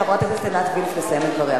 אנחנו ניתן לחברת הכנסת עינת וילף לסיים את דבריה.